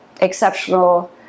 exceptional